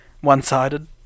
one-sided